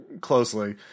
closely